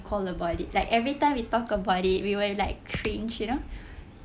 recall about it like every time we talk about it we were like cringe you know